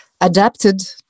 adapted